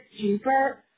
super